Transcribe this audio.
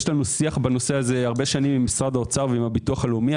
יש לנו שיח בנושא הזה הרבה שנים עם משרד האוצר וביטוח לאומי.